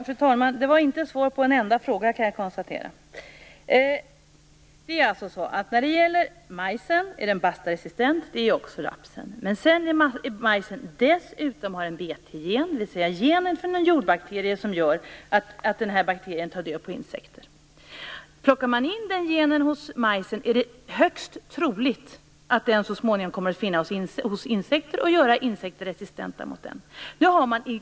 Fru talman! Jag kan konstatera att jag inte fick svar på en enda fråga. Majsen är Bastaresistent, och det är också rapsen. Majsen har dessutom en Bt-gen, dvs. en gen från en jordbakterie som gör att bakterien tar död på insekter. Plockar man in den genen hos majsen är det högst troligt att den så småningom kommer att finnas hos insekter, och göra dem resistenta.